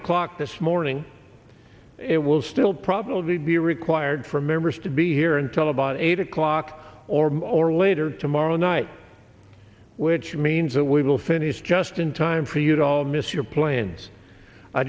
o'clock this morning it will still probably be required for members to be here until about eight o'clock or more later tomorrow night which means that we will finish just in time for you to all miss your plans i